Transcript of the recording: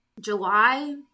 July